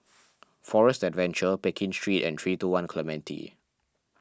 Forest Adventure Pekin Street and three two one Clementi